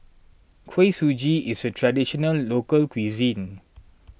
Kuih Suji is a Traditional Local Cuisine